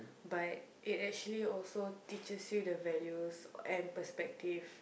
but it actually also teaches you the values and perspective